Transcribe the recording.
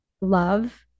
love